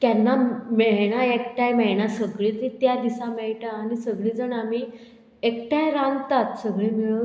केन्ना मेळना एकठांय मेळना सगळीं तीं त्या दिसा मेळटा आनी सगळीं जाण आमी एकठांय रांदतात सगळीं मेळून